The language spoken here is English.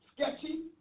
sketchy